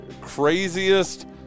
craziest